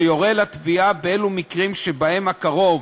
שיורה לתביעה באילו מקרים שבהם הקרוב